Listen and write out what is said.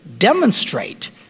demonstrate